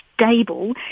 stable